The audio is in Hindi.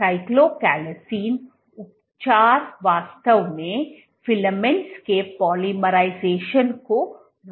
साइटोकैलासिन उपचार वास्तव में फिलामेंट्स के पोलीमराइजेशन को रोकता है